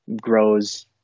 grows